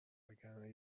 وگرنه